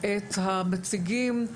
את המציגים.